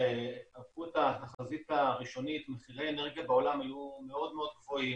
כשעשו את התחזית הראשונית מחירי האנרגיה בעולם היו מאוד מאוד גבוהים,